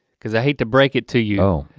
cause i hate to break it to you.